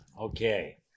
Okay